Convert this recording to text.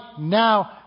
now